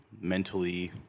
mentally